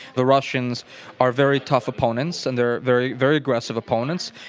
the russians are very tough opponents, and they're very very aggressive opponents.